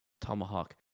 Tomahawk